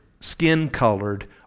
skin-colored